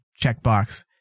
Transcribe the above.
checkbox